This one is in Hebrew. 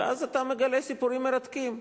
ואז אתה מגלה סיפורים מרתקים.